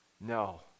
no